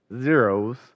zeros